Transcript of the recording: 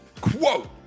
quote